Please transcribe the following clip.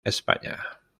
españa